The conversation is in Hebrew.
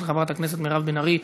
של חברת הכנסת מירב בן ארי.